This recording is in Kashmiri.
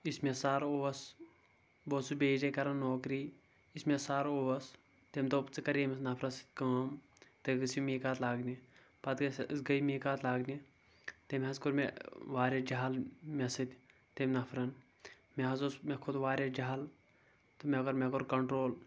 یُس مےٚ سَر اوس بہٕ اوسُس بیٚیہِ جایہِ کَران نوکری یُس مےٚ سَر اوس تیٚمۍ دوٚپ ژٕ کَر ییٚمِس نفرس سٕتۍ کٲم تُہۍ گٔژِھو میٖقات لاگنہِ پتہٕ أسۍ گٔے میقات لاگنہِ تٔمۍ حظ کوٚر مےٚ واریاہ جَہل مےٚ سۭتۍ تیٚمۍ نفرَن مےٚ حظ اوس مےٚ کھوٚت واریاہ جَہل تہٕ مگر مےٚ کوٚر کنٹرول